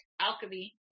alchemy